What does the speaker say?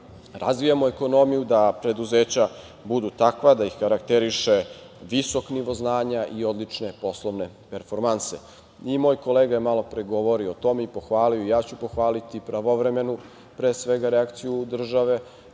razvijamo ekonomiju, da preduzeća budu takva da ih karakteriše visok nivo znanja i odlične poslovne performanse. Moj kolega je malo pre govorio o tome i pohvalio, i ja ću pohvaliti, pravovremenu reakciju države